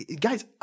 Guys